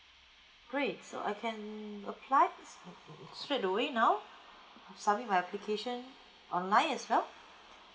great so I can apply straight away now submit my appreciation online as well